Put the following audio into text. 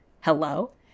Hello